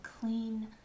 clean